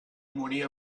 morir